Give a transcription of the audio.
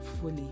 fully